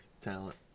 talent